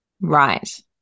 Right